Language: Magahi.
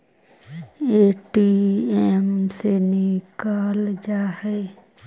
ए.टी.एम से निकल जा है?